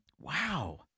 wow